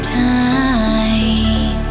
time